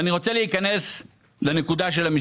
אני רוצה להתייחס למספרים.